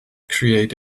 create